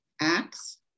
acts